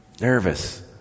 Nervous